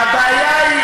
והבעיה היא,